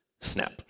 Snap